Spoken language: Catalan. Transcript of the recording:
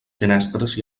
finestres